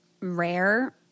rare